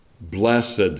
blessed